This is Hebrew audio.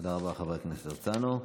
תודה רבה, חבר הכנסת הרצנו.